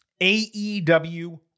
AEW